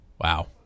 Wow